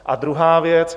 A druhá věc.